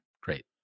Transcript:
Great